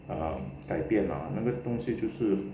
err 改变啦那个东西就是